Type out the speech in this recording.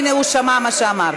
הנה, הוא שמע מה שאמרת.